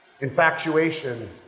Infatuation